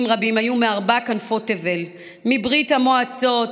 רבים היו מארבע כנפות תבל: מברית המועצות